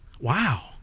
Wow